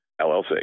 LLC